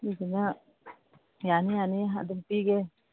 ꯑꯗꯨꯗꯨꯅ ꯌꯥꯅꯤ ꯌꯥꯅꯤ ꯑꯗꯨꯝ ꯄꯤꯒꯦ